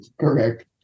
Correct